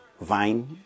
vine